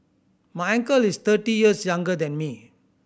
my uncle is thirty years younger than me